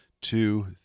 two